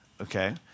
Okay